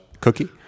cookie